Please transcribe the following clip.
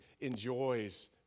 enjoys